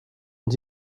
und